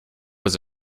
was